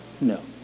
No